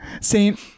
Saint